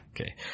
okay